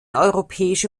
europäische